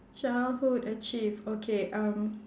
childhood achieve okay um